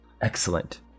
Excellent